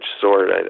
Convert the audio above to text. sword